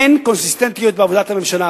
אין קונסיסטנטיות בעבודת הממשלה,